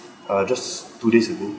uh just two days ago